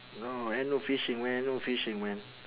no ain't no fishing man no fishing man